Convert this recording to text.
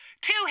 two